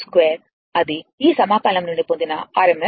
అది ఈ సమాకలనం నుండి పొందిన RMS విలువ